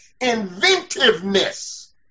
inventiveness